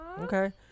Okay